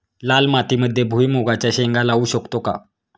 लाल मातीमध्ये भुईमुगाच्या शेंगा लावू शकतो का?